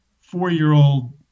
four-year-old